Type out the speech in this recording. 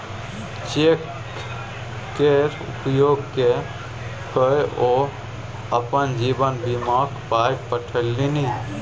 cheque केर उपयोग क कए ओ अपन जीवन बीमाक पाय पठेलनि